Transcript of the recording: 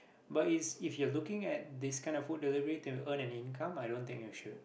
but is if you're looking at this kind of food delivery to earn an income i don't think you should